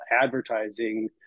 advertising